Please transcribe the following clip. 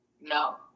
no